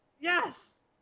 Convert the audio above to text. yes